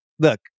Look